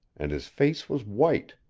and his face was white.